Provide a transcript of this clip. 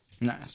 nice